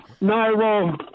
No